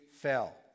fell